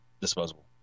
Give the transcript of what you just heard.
Disposable